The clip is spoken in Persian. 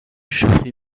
شوخی